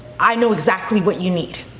i know exactly what you need.